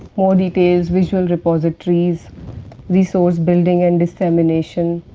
more details visual repositories resource building and dissemination.